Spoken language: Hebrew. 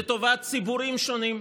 לטובת ציבורים שונים,